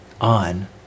on